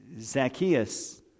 Zacchaeus